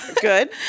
Good